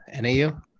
NAU